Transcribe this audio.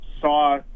saw